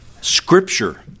scripture